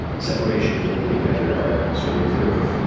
separation of the liquid you guys are are swimming through.